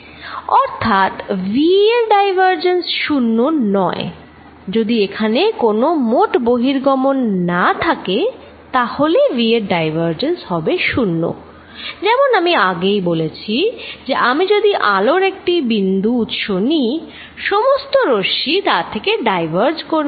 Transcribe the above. অর্থাৎ v এর divergence শূন্য নয় যদি এখানে কোনো মোট বহির্গমন না থাকে তাহলে v এর ডাইভারজেন্স হবে 0 যেমন আমি আগেই বলেছি যে আমি যদি আলোর একটি বিন্দু উৎস নিই সমস্ত রশ্মি তা থেকে ডাইভার্র করবে